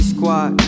Squad